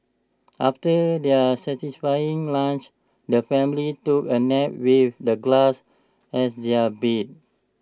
after their satisfying lunch the family took A nap with the grass as their bed